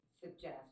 suggest